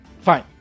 fine